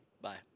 Bye